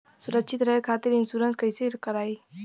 सुरक्षित रहे खातीर इन्शुरन्स कईसे करायी?